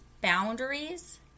boundaries